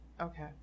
Okay